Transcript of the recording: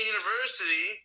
University